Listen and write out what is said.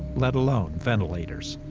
let alone ventilators.